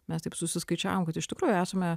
mes taip susiskaičiavom kad iš tikrųjų esame